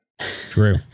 True